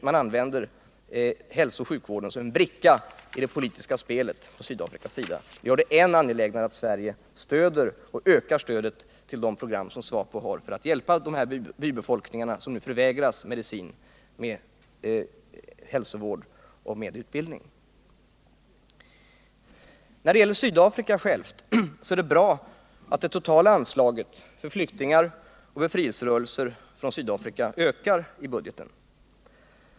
Man använder hälsooch sjukvården som en bricka i det politiska spelet, och det gör det än viktigare att Sverige ökar stödet till de program SWAPO har för att hjälpa dessa bybefolkningar med medicin, hälsovård och utbildning. När det gäller själva Sydafrika är det bra att det totala anslaget för flyktingar och befrielserörelser ökar i budgeten.